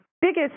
biggest